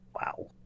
Wow